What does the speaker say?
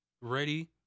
ready